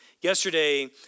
Yesterday